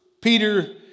Peter